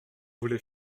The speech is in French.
voulez